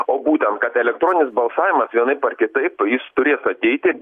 o būtent kad elektroninis balsavimas vienaip ar kitaip jis turės ateiti